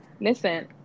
listen